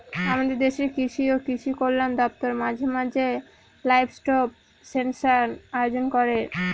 আমাদের দেশের কৃষি ও কৃষি কল্যাণ দপ্তর মাঝে মাঝে লাইভস্টক সেনসাস আয়োজন করে